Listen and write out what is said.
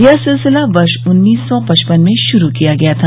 यह सिलसिला वर्ष उन्नीस सौ पचपन में शुरू किया गया था